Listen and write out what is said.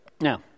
Now